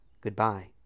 Goodbye